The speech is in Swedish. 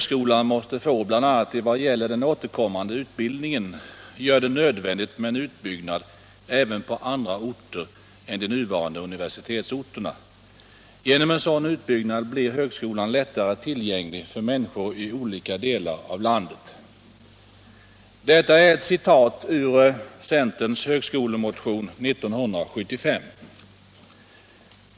kommande utbildningen, gör det nödvändigt med en utbyggnad även på andra orter än de nuvarande universitetsorterna. ——-—- Genom en sådan utbyggnad blir högskolan lättare tillgänglig för människor i olika delar av landet.” Detta är ett citat ur centerns högskolemotion 1975.